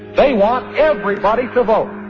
they want everybody to vote.